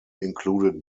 included